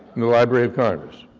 in the library of congress.